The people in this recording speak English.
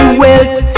wealth